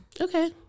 Okay